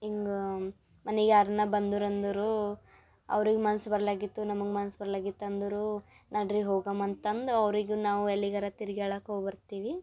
ಹಿಂಗ್ ಮನೆಗೆ ಯಾರಾನ ಬಂದ್ರು ಅಂದರೆ ಅವ್ರಿಗೆ ಮನ್ಸು ಬರಲಾಗಿತ್ತು ನಮಗೆ ಮನ್ಸು ಬರ್ಲಾಗಿತ್ತು ಅಂದರೆ ನಡೀರಿ ಹೋಗಣ್ ಅಂತಂದು ಅವರಿಗೂ ನಾವು ಎಲ್ಲಿಗಾರೂ ತಿರ್ಗ್ಯಾಳಕ್ಕೆ ಹೋಗಿ ಬರ್ತೀವಿ